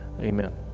amen